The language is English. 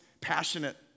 passionate